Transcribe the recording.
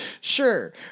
sure